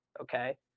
Okay